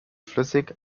flüssig